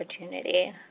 opportunity